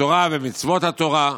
התורה ומצוות התורה.